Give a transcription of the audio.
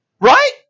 Right